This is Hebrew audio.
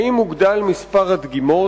האם הוגדל מספר הדגימות?